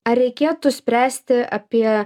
ar reikėtų spręsti apie